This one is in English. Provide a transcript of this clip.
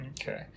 Okay